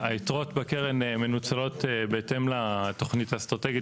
היתרות בקרן מנוצלות בהתאם לתוכנית האסטרטגית